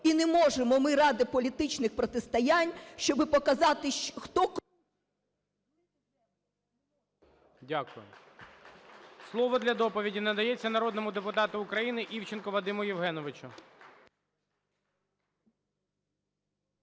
І не можемо ми ради політичних протистоянь, щоби показати, хто… ГОЛОВУЮЧИЙ. Дякую. Слово для доповіді надається народному депутату України Івченку Вадиму Євгеновичу.